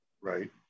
Right